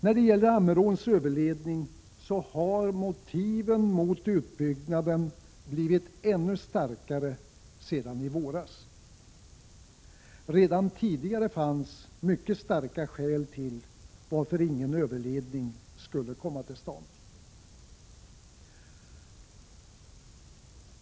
När det gäller Ammeråns överledning har motiven mot utbyggnaden blivit ännu starkare sedan i våras. Redan tidigare fanns mycket starka skäl till att ingen överledning skulle komma till stånd.